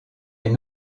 est